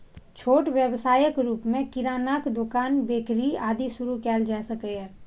छोट व्यवसायक रूप मे किरानाक दोकान, बेकरी, आदि शुरू कैल जा सकैए